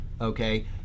Okay